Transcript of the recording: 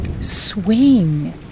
swing